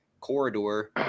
corridor